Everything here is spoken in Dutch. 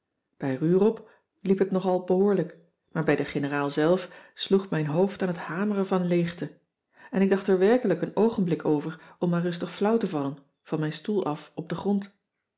bij rurp liep het nog al behoorlijk maar bij de generaal zelf sloeg mijn hoofd aan het hameren van leegte en ik dacht er werkelijk een oogenblik over om maar rustig flauw te vallen van mijn stoel af op den grond